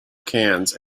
cans